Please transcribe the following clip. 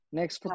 Next